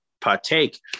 partake